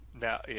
now